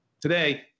Today